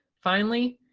finally,